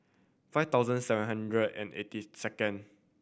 five thousand seven hundred and eighty second